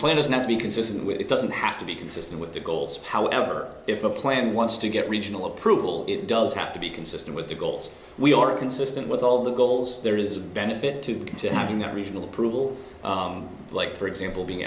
not to be consistent with it doesn't have to be consistent with the goals however if a plan wants to get regional approval it does have to be consistent with the goals we are consistent with all the goals there is a benefit to come to having that regional approval like for example being